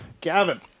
Gavin